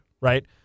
right